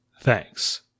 Thanks